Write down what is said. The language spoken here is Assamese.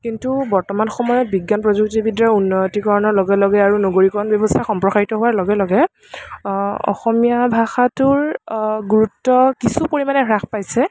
কিন্তু বৰ্তমান সময়ত বিজ্ঞান প্ৰযুক্তিবিদ্য়াৰ উন্নতিকৰণৰ লগে লগে আৰু নগৰীকৰণ ব্য়ৱস্থাৰ সম্প্ৰসাৰিত হোৱাৰ লগে লগে অসমীয়া ভাষাটোৰ গুৰুত্ব কিছু পৰিমাণে হ্ৰাস পাইছে